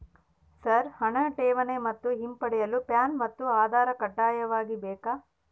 Sir ಹಣ ಠೇವಣಿ ಮತ್ತು ಹಿಂಪಡೆಯಲು ಪ್ಯಾನ್ ಮತ್ತು ಆಧಾರ್ ಕಡ್ಡಾಯವಾಗಿ ಬೇಕೆ?